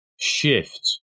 shift